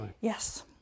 Yes